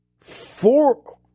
four